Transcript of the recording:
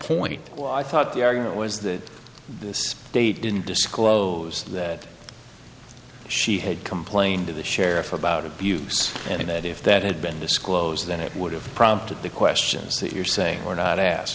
point i thought the argument was that this state didn't disclose that she had complained to the sheriff about abuse and that if that had been disclosed then it would have prompted the questions that you're saying or not asked